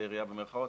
במירכאות,